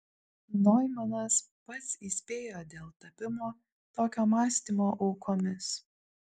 noimanas pats įspėjo dėl tapimo tokio mąstymo aukomis